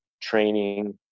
training